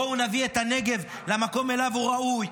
בואו נביא את הנגב למקום שלו הוא ראוי.